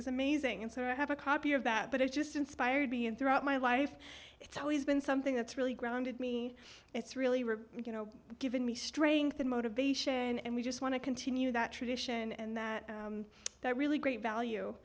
was amazing and so i have a copy of that but it just inspired me and throughout my life it's always been something that's really grounded me it's really really you know given me strength and motivation and we just want to continue that tradition and that really great value